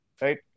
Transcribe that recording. right